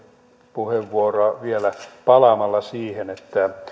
puheenvuoroa vielä palaamalla siihen että nämä